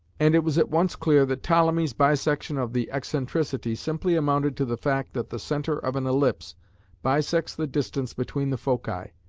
and it was at once clear that ptolemy's bisection of the excentricity simply amounted to the fact that the centre of an ellipse bisects the distance between the foci,